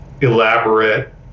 elaborate